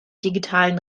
digitalen